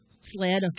sled